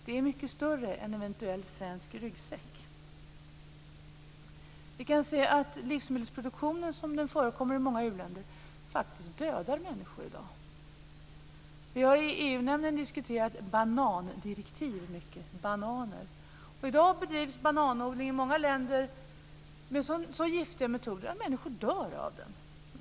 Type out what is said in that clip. Det är mycket större än en eventuell svensk ryggsäck. Livsmedelsproduktionen som den förekommer i många u-länder dödar faktiskt människor i dag. Vi har i EU-nämnden haft många diskussioner om banandirektiv. I dag bedrivs bananodling i många länder med så giftiga metoder att människor dör av det.